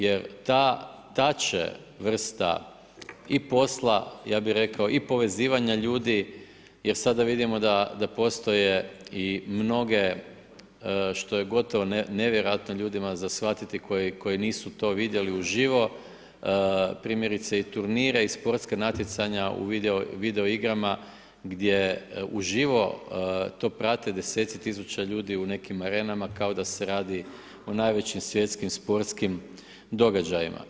Jer ta tače vrsta i posla, ja bi rekao i povezivanja ljudi, jer sada vidimo da postoje i mnoge, što je gotovo nevjerojatno ljudima za shvatiti koji nisu to vidjeli u živo, primjerice i turnire i sportska natjecanja u videoigrama, gdje uživo, to prate 10 tisuća ljudi u nekim arenama, kao da se radi o najvećim svjetskim, sportskim događajima.